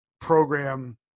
program